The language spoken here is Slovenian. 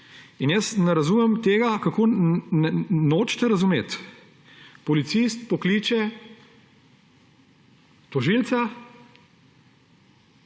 Jaz ne razumem tega, kako nočete razumeti. Policist pokliče tožilca,